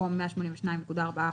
במקום "182.4%"